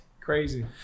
Crazy